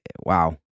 wow